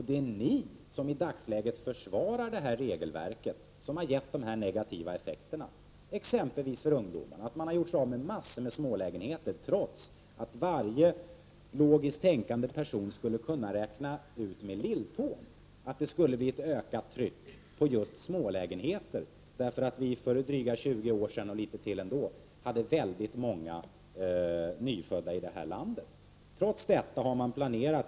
Det är ni som i dagsläget försvarar regelverket, som har gett dessa negativa effekter exempelvis för ungdomarna, genom att massor av smålägenheter har försvunnit, trots att varje logiskt tänkande person har kunnat räkna ut med lilltån att det skulle bli ett ökat tryck just på smålägenheter därför att det för drygt 20 år sedan fanns många nyfödda i detta land.